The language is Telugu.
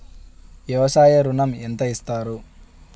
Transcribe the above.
వ్యవసాయ ఋణం ఎంత ఇస్తారు?